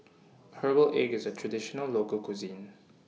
Herbal Egg IS A Traditional Local Cuisine